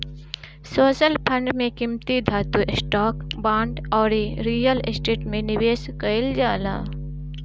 social fund में कीमती धातु, स्टॉक, बांड अउरी रियल स्टेट में निवेश कईल जाला